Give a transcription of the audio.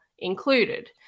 Included